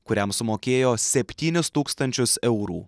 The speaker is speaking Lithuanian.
kuriam sumokėjo septynis tūkstančius eurų